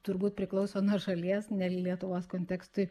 turbūt priklauso nuo šalies ne lietuvos kontekstui